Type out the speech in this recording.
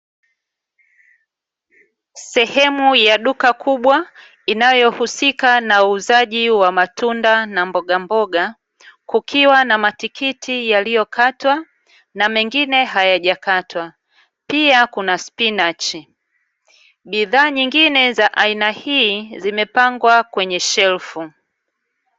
Sehemu ya duka kubwa inayohusika na uuzaji wa matunda na mbogamboga kukiwa na matikiti yaliyokatwa na mengine hayajakatwa, pia kuna spinachi bidhaa nyingine za aina hii zimepangwa kwenye shelfu.